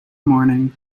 morning